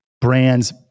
brands